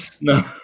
No